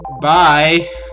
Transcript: Bye